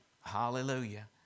hallelujah